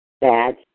Bad